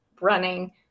running